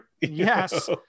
Yes